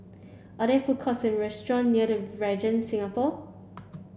are there food courts and restaurant near the Regent Singapore